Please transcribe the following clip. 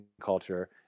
culture